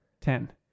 ten